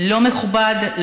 לא מכובד,